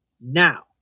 Now